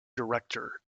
director